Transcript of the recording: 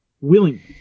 willingly